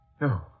No